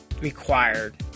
required